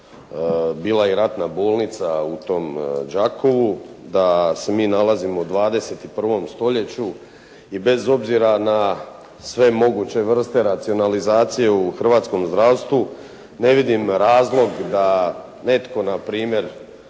bila i ratna bolnica u tom Đakovu, da se mi nalazimo u 21. stoljeću i bez obzira na sve moguće vrste racionalizacije u hrvatskom zdravstvu ne vidim razlog da netko na primjer